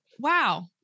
wow